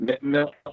milk